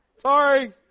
Sorry